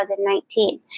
2019